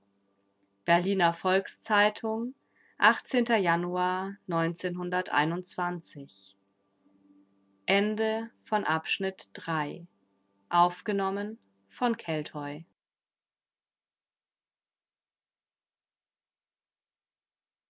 berliner volks-zeitung januar